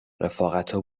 رفاقتا